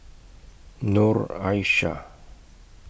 Noor Aishah